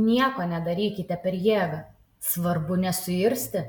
nieko nedarykite per jėgą svarbu nesuirzti